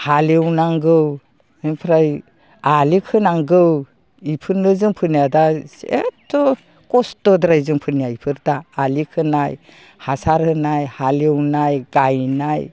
हालेवनांगौ ओमफ्राय आलि खोनांगौ बेफोरनो जोंफोरनिया दा जेथ्थ' खस्थ'द्राय जोंफोरनिया इफोर दा आलि खोना हासार होनाय हालेवनाय गायनाय